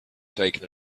taken